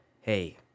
hey